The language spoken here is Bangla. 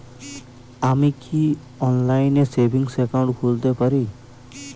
আমি কি অনলাইন এ সেভিংস অ্যাকাউন্ট খুলতে পারি?